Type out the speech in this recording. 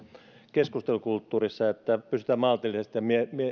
keskustelukulttuurissa että pystytään maltillisesti